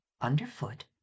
underfoot